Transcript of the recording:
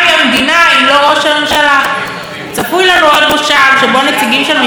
צפוי לנו עוד מושב שבו נציגים של מפלגות עם מספר מנדטים